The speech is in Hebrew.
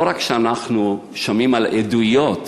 לא רק שאנחנו שומעים על עדויות,